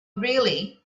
really